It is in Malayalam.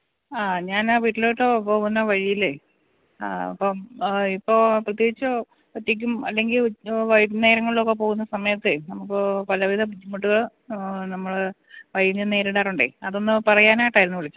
ആ ഞാന് വീട്ടിലോട്ട് പോകുന്ന വഴിയിലെ ഇപ്പോൾ പ്രത്യേകിച്ച് ഒറ്റയ്ക്കും അല്ലെങ്കിൽ ഉ വൈകുന്നേരങ്ങളൊക്കെ പോകുന്ന സമയത്തെ നമുക്ക് പലവിധ ബുദ്ധിമുട്ടുകൾ നമ്മള് വഴിയില് നേരിടാറുണ്ടെ അതൊന്ന് പറയാനായിട്ടായിരുന്നെ വിളിച്ചതെ